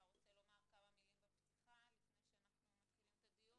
אתה רוצה לומר כמה מילים בפתיחה לפני שאנחנו מתחילים בדיון?